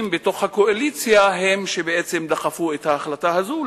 בתוך הקואליציה הם שבעצם דחפו את ההחלטה הזאת.